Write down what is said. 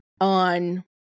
on